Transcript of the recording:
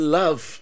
love